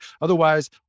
Otherwise